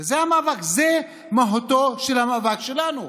הרי זה המאבק, זו מהותו של המאבק שלנו: